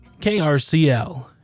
KRCL